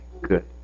good